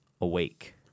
awake